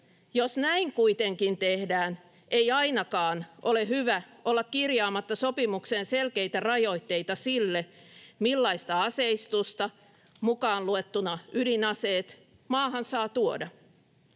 Jos näin kuitenkin tehdään, ei ainakaan ole hyvä olla kirjaamatta sopimukseen selkeitä rajoitteita sille, millaista aseistusta — mukaan luettuna ydinaseet — maahan saa tuoda.